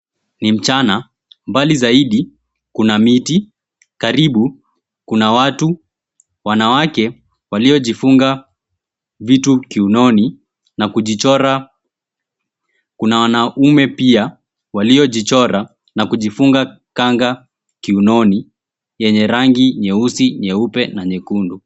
Ni mchana. Mbali zaidi kuna miti, karibu kuna watu. Wanawake waliojifunga vitu kiunoni na kujichora. Kuna wanaume pia waliojichora na kujifunga kanga kiunoni yenye rangi nyeusi, nyeupe, na nyekundu.